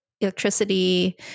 electricity